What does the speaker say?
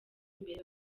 imbere